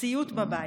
סיוט בבית.